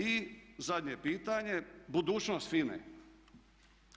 I zadnje pitanje budućnost FINA-e.